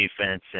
defense